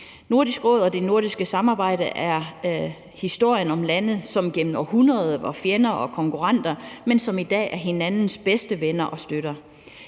Nordisk Råd og det nordiske samarbejde er historien om lande, som gennem århundreder var fjender og konkurrenter, men som i dag er hinandens bedste venner og støtter.